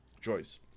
Choice